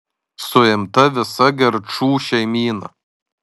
suimta visa gerčų šeimyna